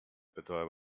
betäubung